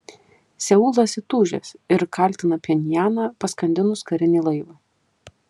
seulas įtūžęs ir kaltina pchenjaną paskandinus karinį laivą